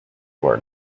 were